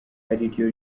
ariryo